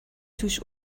توش